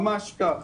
ממש כך.